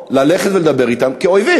או ללכת ולדבר אתם כאויבים,